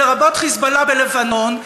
לרבות "חיזבאללה" בלבנון,